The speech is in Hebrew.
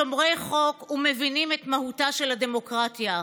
שומרי חוק ומבינים את מהותה של הדמוקרטיה.